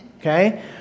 okay